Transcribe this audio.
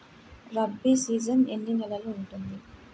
Rabi season ఎన్ని నెలలు ఉంటుంది?